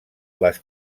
les